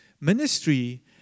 ministry